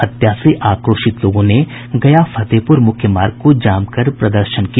हत्या से आक्रोशित लोगों ने गया फतेहपुर मुख्य मार्ग को जाम कर प्रदर्शन किया